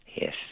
Yes